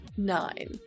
Nine